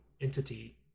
entity